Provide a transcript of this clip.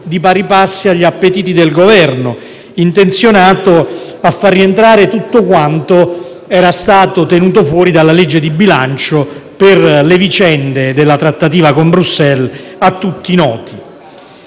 di pari passo agli appetiti del Governo, intenzionato a far rientrare tutto quanto era stato tenuto fuori dalla legge di bilancio per le vicende della trattativa con Bruxelles a tutti note.